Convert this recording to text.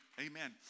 amen